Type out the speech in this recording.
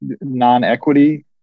non-equity